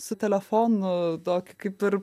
su telefonu tokį kaip ir